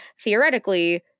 theoretically